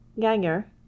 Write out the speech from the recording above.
Ganger